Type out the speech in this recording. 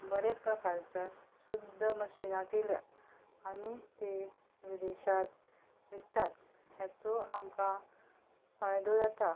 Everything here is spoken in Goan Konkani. बऱ्या प्रकारच्या शुध्द मशीना केल्या आनी ते विदेशांत विकतात हाचो आमकां फायदो जाता